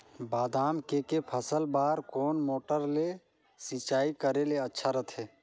बादाम के के फसल बार कोन मोटर ले सिंचाई करे ले अच्छा रथे?